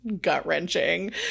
gut-wrenching